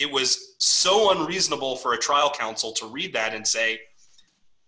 it was so unreasonable for a trial counsel to read that and say